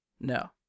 No